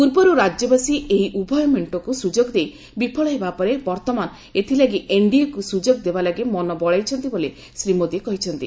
ପୂର୍ବରୁ ରାଜ୍ୟବାସୀ ଏହି ଉଭୟ ମେଷ୍ଟକୁ ସୁଯୋଗ ଦେଇ ବିଫଳ ହେବା ପରେ ବର୍ତ୍ତମାନ ଏଥିଲାଗି ଏନଡିଏକୁ ସୁଯୋଗ ଦେବା ଲାଗି ମନ ବଳାଇଛନ୍ତି ବୋଲି ଶ୍ରୀ ମୋଦୀ କହିଛନ୍ତି